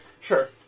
Sure